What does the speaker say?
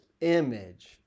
image